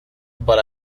but